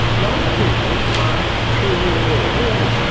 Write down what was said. most people aren't truly aware. water is